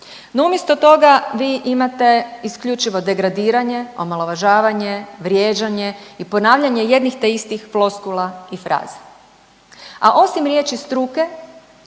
No umjesto toga vi imate isključivo degradiranje, omalovažavanje, vrijeđanje i ponavljanje jednih te istih floskula i fraza. A osim riječi struke